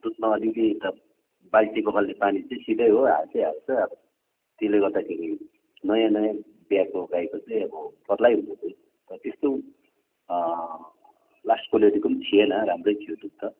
दुधमा अलिअलि त बाल्टी पखाल्ने पानी चाहिँ सिधै हो हाल्छै हाल्छ अब त्यसले गर्दाखेरि नयाँ नयाँ ब्याएको गाईको चाहिँ अब पत्लै हुन्छ दुध तर त्यस्तो लास्ट क्वालिटीको पनि थिएन राम्रै थियो दुध त